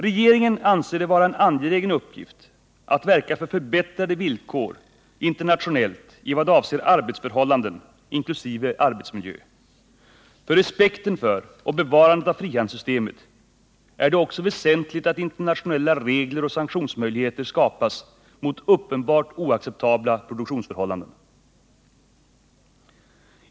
Regeringen anser det vara en angelägen uppgift att verka för förbättrade villkor internationellt i vad avser arbetsförhållanden inkl. arbetsmiljö. För respekten för och bevarandet av frihandelssystemet är det också väsentligt att internationella regler och sanktionsmöjligheter skapas mot uppenbart oacceptabla produktionsförhållanden.